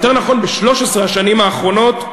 יותר נכון ב-13 השנים האחרונות,